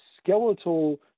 skeletal